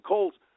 Colts